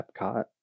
Epcot